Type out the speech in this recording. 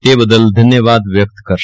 તે બદલ ધન્યવાદ વ્યકત કરશે